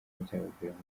byabaviramo